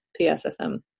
PSSM